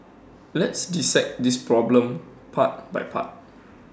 let's dissect this problem part by part